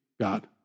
God